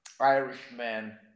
Irishman